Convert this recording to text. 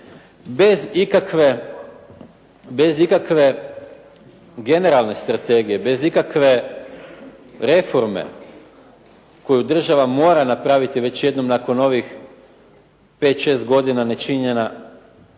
Bez ikakve generalne strategije, bez ikakve reforme koju država mora napraviti već jednom nakon ovih 5, 6 godina ne činjenja